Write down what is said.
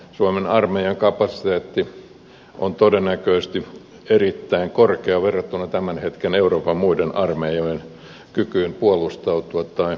suomen armeijan kapasiteetti on todennäköisesti erittäin korkea verrattuna tämän hetken euroopan muiden armeijojen kykyyn puolustautua tai reagoida